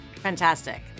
Fantastic